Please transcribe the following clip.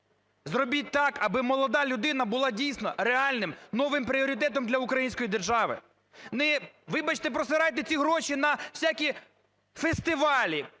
Зробіть так, аби молода людина була дійсно реальним новим пріоритетом для української держави. Не, вибачте, просирайте ці гроші на всякі фестивалі,